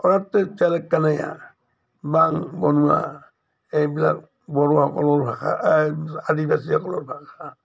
বাং বনোৱা এইবিলাক বড়োসকলৰ ভাষা আদিবাসীসকলৰ ভাষা